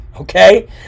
okay